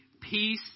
peace